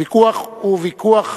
הוויכוח הוא ויכוח